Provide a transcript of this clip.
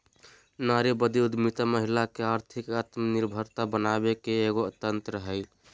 नारीवादी उद्यमितामहिला के आर्थिक आत्मनिर्भरता बनाबे के एगो तंत्र हइ